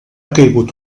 caigut